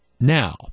now